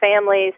families